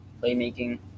Playmaking